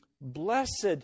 Blessed